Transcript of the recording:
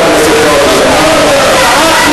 חברת הכנסת זועבי, שמענו אותך.